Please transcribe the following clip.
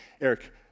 Eric